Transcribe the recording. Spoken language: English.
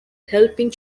helping